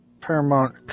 paramount